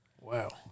Wow